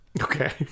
Okay